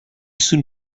soon